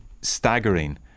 staggering